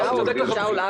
שאול צודק לחלוטין.